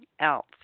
else